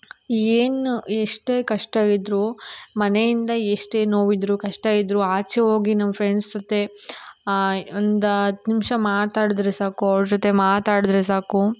ಏನು ಎಷ್ಟೇ ಕಷ್ಟಯಿದ್ದರೂ ಮನೆಯಿಂದ ಎಷ್ಟೇ ನೋವಿದ್ರೂ ಕಷ್ಟಯಿದ್ದರೂ ಆಚೆ ಹೋಗಿ ನಮ್ಮ ಫ್ರೆಂಡ್ಸ್ ಜೊತೆ ಒಂದು ಹತ್ತು ನಿಮಿಷ ಮಾತಾಡಿದ್ರೆ ಸಾಕು ಅವ್ರ ಜೊತೆ ಮಾತಾಡಿದ್ರೆ ಸಾಕು